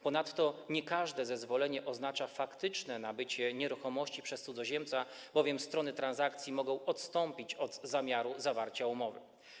Ponadto nie każde zezwolenie oznacza faktyczne nabycie nieruchomości przez cudzoziemca, bowiem strony transakcji mogą odstąpić od zamiaru zawarcia umowy.